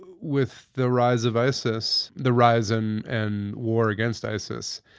with the rise of isis, the rise and and war against isis,